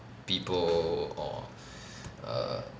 people or err